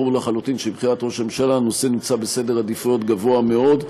ברור לחלוטין שמבחינת ראש הממשלה הנושא נמצא בסדר עדיפויות גבוה מאוד,